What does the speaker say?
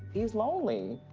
he's lonely.